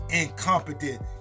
incompetent